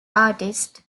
artist